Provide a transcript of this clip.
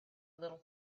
little